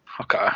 Okay